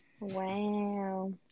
Wow